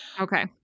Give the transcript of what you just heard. Okay